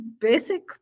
basic